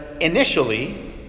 initially